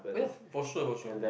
ya for sure for sure